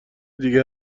دیگه